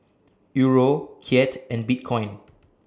Euro Kyat and Bitcoin